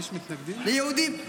ליהודים.